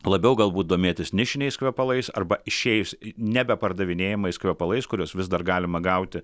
labiau galbūt domėtis nišiniais kvepalais arba išėjus nebe pardavinėjamais kvepalais kuriuos vis dar galima gauti